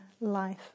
life